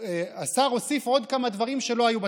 השר הוסיף עוד כמה דברים שלא היו.